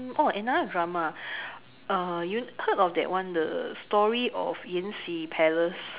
oh another drama ah you heard of that one the story of yan-xi Palace